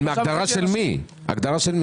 של מי ההגדרה?